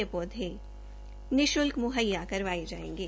ये पौधे निःशुल्क मुहैया करवाये जायेंगे